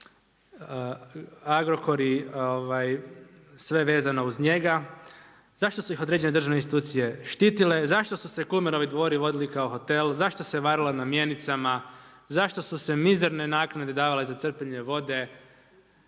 Agrokor i sve vezano uz njega, zašto su ih određene državne institucije štitite, zašto su se Kulmerovi dvori vodili kao hotel, zašto se varalo na mjenicama, zašto su se mizerne naknade davale za crpljenje vode,